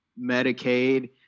Medicaid